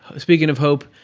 speaking of hope,